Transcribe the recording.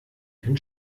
den